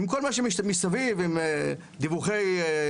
עם כל מה שמסביב, עם דיווחי סרק.